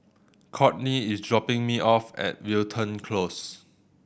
Kourtney is dropping me off at Wilton Close